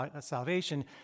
salvation